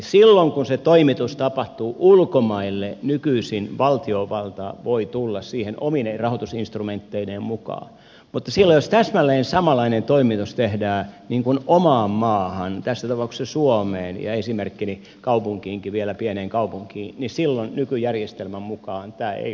silloin kun se toimitus tapahtuu ulkomaille nykyisin valtiovalta voi tulla siihen omine rahoitusinstrumentteineen mukaan mutta silloin jos täsmälleen samanlainen toimitus tehdään omaan maahan tässä tapauksessa suomeen ja esimerkkini kaupunkiinkin vielä pieneen kaupunkiin nykyjärjestelmän mukaan tämä ei olisi mahdollista